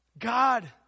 God